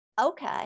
Okay